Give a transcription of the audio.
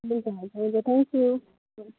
thank you